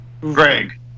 Greg